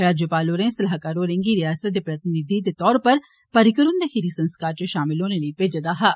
राज्यपाल होरें सलाहकार होरें गी रियासत दे प्रतिनिधि दे तौर उप्पर पर्रिकर हुन्दे खीरी संस्कार च षामल होने लेई भेजेआ हा